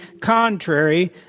contrary